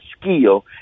skill